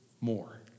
more